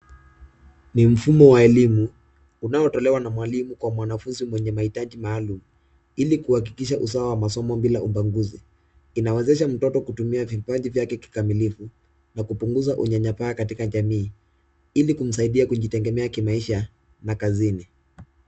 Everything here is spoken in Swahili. Ni mfumo wa elimu, unaotolewa na mwalimu kwa mwanafunzi mwenye majitaji maalum ili kuhakikisha usawa wa masomo bila ubaguzi . Inawezesha mtoto kutumia vipaji vyake kikamilifu, na kupunguza unyanyapaa katika jamii ili kumsaidia kujitegemea kimaisha na kazini.